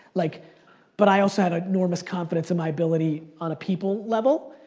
like but i also had enormous confidence in my ability on a people level.